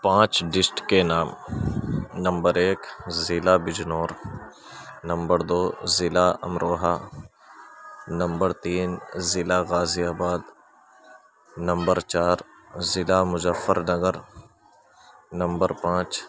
پانچ کے نام نمبر ایک ضلع بجنور نمبر دو ضلع امروہہ نمبر تین ضلع غازی آباد نمبر چار ضلع مظفرنگر نمبر پانچ